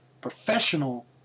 professional